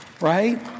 Right